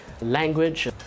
language